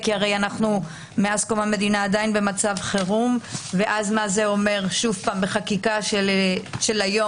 כי מאז קום המדינה אנו עדיין במצב חירום ומה זה אומר בחקיקה של היום,